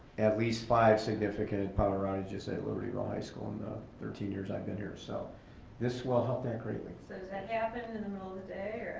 at least five significant power outages at libertyville high school in the thirteen years i've been here. so this will help that greatly. so does that happen in the the middle of the day?